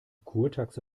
kurtaxe